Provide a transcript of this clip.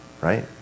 right